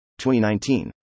2019